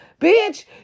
bitch